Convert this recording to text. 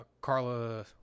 Carla